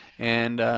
and